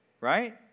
Right